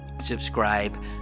subscribe